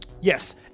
Yes